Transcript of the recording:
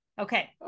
Okay